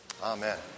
Amen